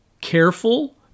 careful